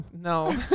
no